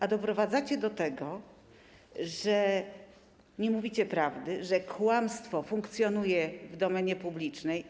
A doprowadzacie do tego, że nie mówicie prawdy, że kłamstwo funkcjonuje w domenie publicznej.